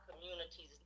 communities